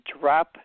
drop